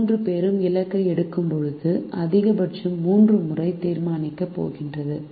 3 பேரும் இலக்கை எட்டும்போது அதிகபட்சம் 3 முறை தீர்மானிக்கப் போகிறது